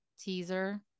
teaser